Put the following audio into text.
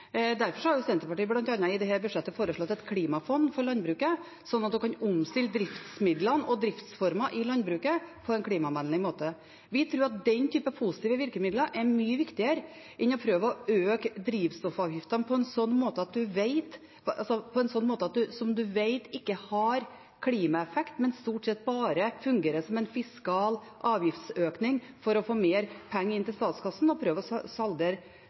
Derfor har Senterpartiet bl.a. i dette budsjettet foreslått et klimafond for landbruket, slik at man kan omstille driftsmidlene og driftsformene i landbruket på en klimavennlig måte. Vi tror at den typen positive virkemidler er mye viktigere enn å prøve å øke drivstoffavgiftene på en måte man vet ikke har klimaeffekt, men stort sett bare fungerer som en fiskal avgiftsøkning for å få mer penger inn i statskassen og prøve å saldere